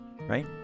right